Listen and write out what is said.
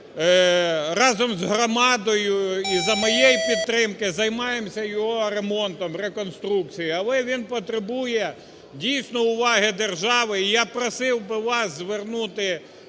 разом з громадою і за моєї підтримки займаємося його ремонтом, реконструкцією. Але він потребує дійсно уваги держави. І я просив би вас звернути